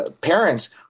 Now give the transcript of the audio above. parents